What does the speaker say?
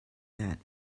that